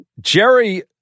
Jerry